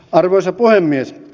arvoisa puhemies